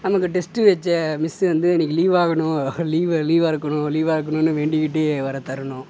நமக்கு டெஸ்ட்டு வச்ச மிஸ்ஸு வந்து இன்னைக்கு லீவாகணும் லீவு லீவாக இருக்கணும் லீவாக இருக்கணுன்னு வேண்டிக்கிட்டு வரத்தருணம்